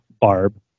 barb